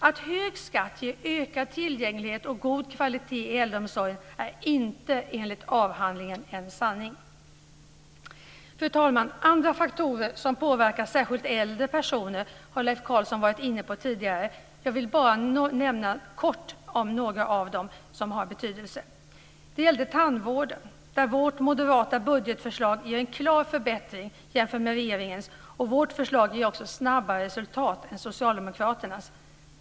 Att hög skatt ger ökad tillgänglighet och god kvalitet i äldreomsorgen är inte en sanning, enligt avhandlingen. Fru talman! Andra faktorer som särskilt påverkar äldre har Leif Carlson tidigare varit inne på. Jag vill bara kort nämna några områden som är av betydelse. Det gäller tandvården där vårt moderata budgetförslag ger en klar förbättring jämfört med regeringens förslag. Vårt förslag ger också snabbare resultat än socialdemokraternas.